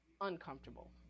uncomfortable